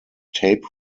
tape